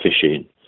fishing